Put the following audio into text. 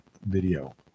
video